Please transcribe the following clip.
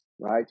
right